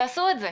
תעשו את זה.